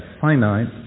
finite